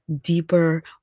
deeper